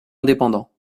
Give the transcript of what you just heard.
indépendant